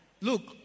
Look